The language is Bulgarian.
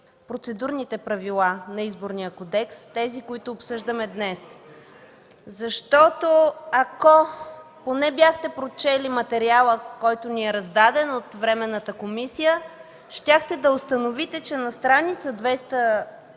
процедурните правила на Изборния кодекс – тези, които обсъждаме днес, защото ако поне бяхте прочели материала, който ни е раздаден от Временната комисия, щяхте да установите, че на стр. 259